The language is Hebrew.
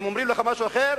אם אומרים לך משהו אחר,